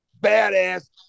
badass